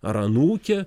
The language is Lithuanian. ar anūkė